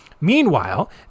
Meanwhile